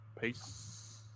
peace